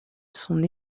son